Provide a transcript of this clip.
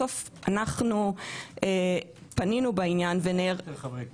בסוף אנחנו פנינו מה זה יש יותר חברי כנסת,